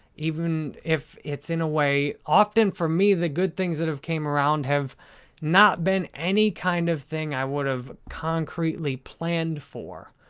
even if it's in a way, often for me, the good things that have came around have not been any kind of thing i would have concretely planned for.